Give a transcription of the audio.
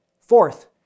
Fourth